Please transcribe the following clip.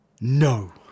No